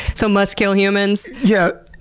so, must kill humans. yeah,